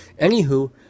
Anywho